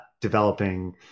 developing